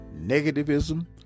negativism